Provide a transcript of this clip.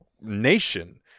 nation